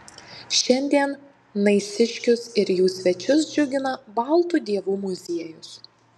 šiandien naisiškius ir jų svečius džiugina baltų dievų muziejus